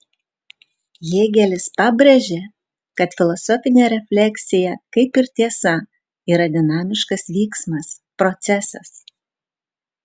hėgelis pabrėžė kad filosofinė refleksija kaip ir tiesa yra dinamiškas vyksmas procesas